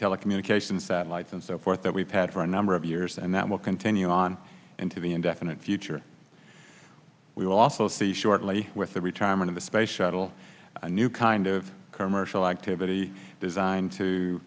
telecommunications satellites and so forth that we've had for a number of years and that will continue on into the indefinite future we will also see shortly with the retirement of the space shuttle a new kind of car marshal activity designed to